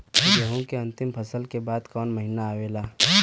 गेहूँ के अंतिम फसल के बाद कवन महीना आवेला?